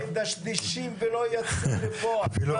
אז למה עדיין מדשדשים ולא יצאו לפועל, למה?